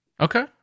Okay